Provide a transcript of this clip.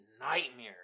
nightmare